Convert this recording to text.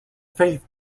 faith